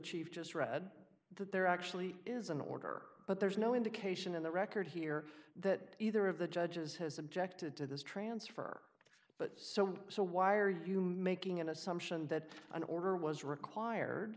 chief just read that there actually is an order but there's no indication in the record here that either of the judges has objected to this transfer but so so why are you making an assumption that an order was required